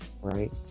right